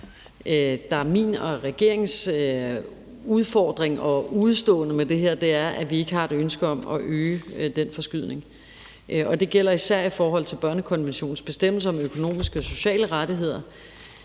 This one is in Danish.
min og regeringens udfordring og udestående med det her. Vi har ikke et ønske om at øge den forskydning, og det gælder især i forhold til børnekonventionens bestemmelser om økonomiske og sociale rettigheder